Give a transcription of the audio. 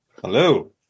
Hello